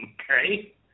Okay